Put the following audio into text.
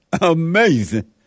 Amazing